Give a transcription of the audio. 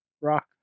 rock